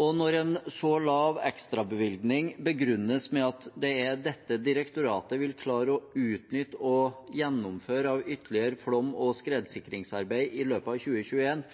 Når en så lav ekstrabevilgning begrunnes med at det er dette direktoratet vil klare å utnytte og gjennomføre av ytterligere flom- og skredsikringsarbeid i løpet av 2021,